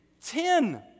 Ten